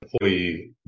employee